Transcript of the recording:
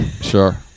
Sure